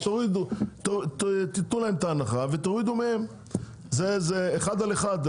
אז תנו להם את ההנחה ותורידו מהם, אחד על אחד.